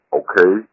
okay